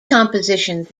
compositions